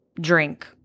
drink